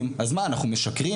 שאומרים אז מה, אנחנו משקרים?